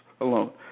alone